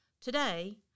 Today